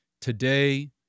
Today